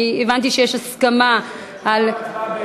אני הבנתי שיש הסכמה על, תשובה והצבעה במועד אחר,